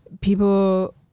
people